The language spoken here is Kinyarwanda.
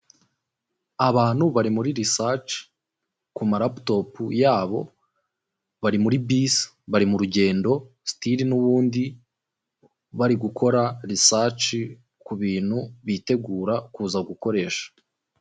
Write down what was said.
Abantu bari muri lisaci ku maraputopu yabo bari muri bisi bari mu rugendo sitili n'ubundi bari gukora risaci ku bintu bitegura kuza gukoresha.